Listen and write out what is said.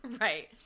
Right